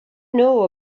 know